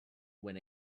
when